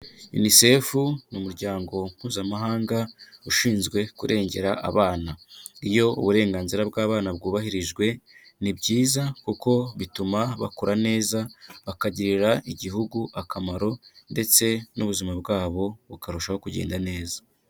UNICEF ni Umuryango Mpuzamahanga ushinzwe kurengera Abana. Iyo uburenganzira bw'abana bwubahirijwe, ni byiza kuko bituma bakura neza bakagirira Igihugu akamaro ndetse n'ubuzima bwabo bukarushaho kugenda neza.